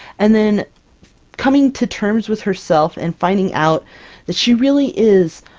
and then coming to terms with herself and finding out that she really is,